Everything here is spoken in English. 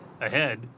Ahead